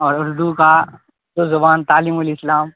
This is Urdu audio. اور اردو کا جو زبان تعلیم الاسلام